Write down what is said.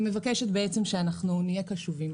היא מבקשת בעצם שאנחנו נהיה קשובים.